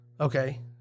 Okay